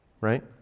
right